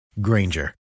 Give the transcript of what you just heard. Granger